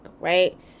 right